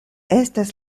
estas